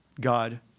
God